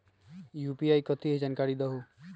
UPI कथी है? जानकारी दहु